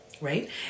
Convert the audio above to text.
Right